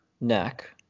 neck